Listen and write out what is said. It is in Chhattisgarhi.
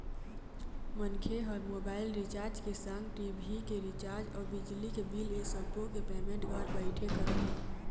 मनखे ह मोबाइल रिजार्च के संग टी.भी के रिचार्ज अउ बिजली के बिल ऐ सब्बो के पेमेंट घर बइठे करत हे